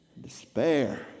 despair